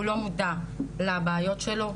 הוא לא מודע לבעיות שלו,